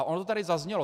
Ono to tady zaznělo.